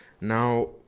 now